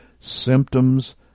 symptoms